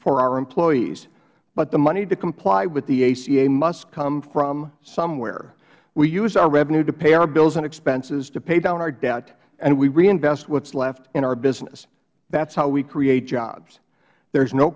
for our employees but the money to comply with the aca must come from somewhere we use our revenue to pay our bills and expenses to pay down our debt and we reinvest what is left in our business that is how we create jobs there is no